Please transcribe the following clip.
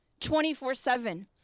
24-7